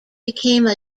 became